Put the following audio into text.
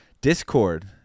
Discord